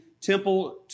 Temple